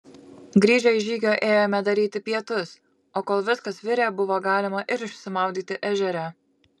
grįžę iš žygio ėjome daryti pietus o kol viskas virė buvo galima ir išsimaudyti ežere